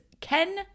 Ken